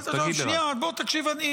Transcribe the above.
שנייה, בוא תקשיב.